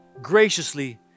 graciously